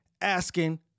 asking